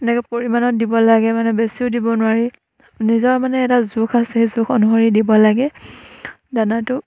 এনেকে পৰিমাণত দিব লাগে মানে বেছিও দিব নোৱাৰি নিজৰ মানে এটা জোখ আছে সেই জোখ অনুসৰি দিব লাগে দানাটো